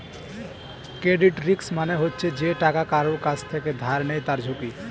credit risk মানে হচ্ছে যে টাকা কারুর কাছ থেকে ধার নেয় তার ঝুঁকি